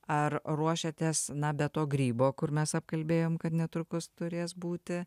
ar ruošiatės na be to grybo kur mes apkalbėjom kad netrukus turės būti